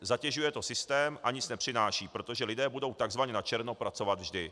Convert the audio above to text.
Zatěžuje to systém a nic nepřináší, protože lidé budou tzv. načerno pracovat vždy.